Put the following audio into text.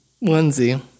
Lindsay